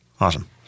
Awesome